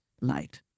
light